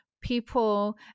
people